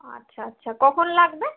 আচ্ছা আচ্ছা কখন লাগবে